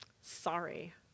Sorry